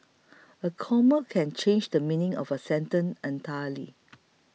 a comma can change the meaning of a sentence entirely